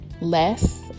less